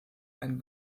ein